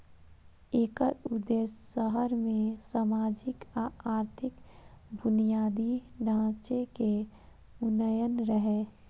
एकर उद्देश्य शहर मे सामाजिक आ आर्थिक बुनियादी ढांचे के उन्नयन रहै